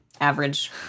average